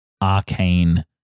arcane